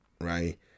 Right